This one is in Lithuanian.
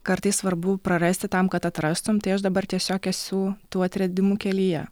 kartais svarbu prarasti tam kad atrastum tai aš dabar tiesiog esu tų atradimų kelyje